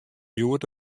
hjoed